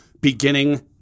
beginning